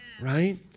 right